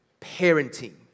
parenting